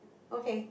okay